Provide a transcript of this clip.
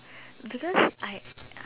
because I